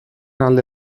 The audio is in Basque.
alde